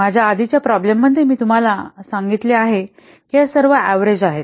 माझ्या आधीच्या प्रॉब्लेम मध्ये मी तुम्हाला आधीच सांगितले आहे की या सर्व ऍव्हरेज आहेत